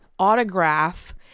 autograph